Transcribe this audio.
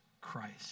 Christ